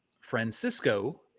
Francisco